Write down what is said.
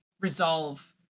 resolve